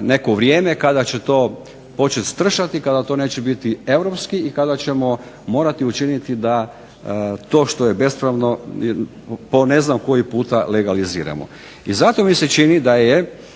neko vrijeme kada će to počet stršati, kada to neće biti europski i kada ćemo morati učiniti da to što je bespravno po ne znam koji puta legaliziramo. I zato mi se čini da je